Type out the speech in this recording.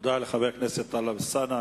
תודה לחבר הכנסת טלב אלסאנע.